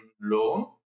loan